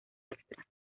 extra